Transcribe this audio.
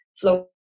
flow